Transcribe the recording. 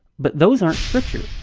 but those aren't scripture.